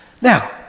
Now